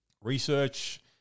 research